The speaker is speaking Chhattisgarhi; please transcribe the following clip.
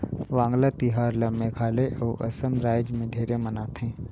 वांगला तिहार ल मेघालय अउ असम रायज मे ढेरे मनाथे